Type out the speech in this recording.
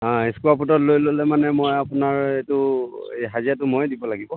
অঁ স্কৱাৰ ফুটত লৈ ল'লে মানে মই আপোনাৰ এইটো এই হাজিৰাটো ময়ে দিব লাগিব